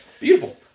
Beautiful